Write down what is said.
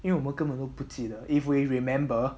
因为我们根本都不记得 if we remember